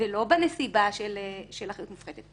ולא בנסיבה של אחריות מופחתת.